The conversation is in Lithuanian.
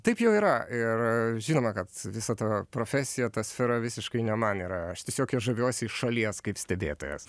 taip jau yra ir žinoma kad visa ta profesija ta sfera visiškai ne man yra aš tiesiog žaviuosi iš šalies kaip stebėtojas